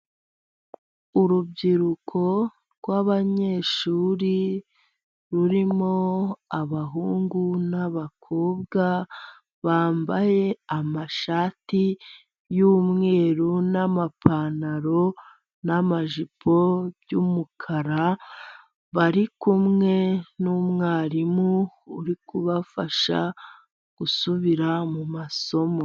Urubyiruko rw'abanyeshuri rurimo abahungu n'abakobwa bambaye amashati y'umweru n'amapantaro n'amajipo by'umukara, bari kumwe n'umwarimu uri kubafasha gusubira mu masomo.